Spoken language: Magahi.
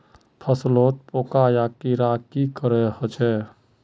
फसलोत पोका या कीड़ा की करे होचे?